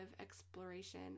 exploration